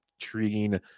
intriguing